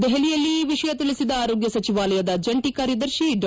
ದೆಹಲಿಯಲ್ಲಿ ಈ ವಿಷಯ ತಿಳಿಸಿದ ಆರೋಗ್ಗ ಸಚಿವಾಲಯದ ಜಂಟಿ ಕಾರ್ಯದರ್ಶಿ ಡಾ